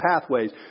pathways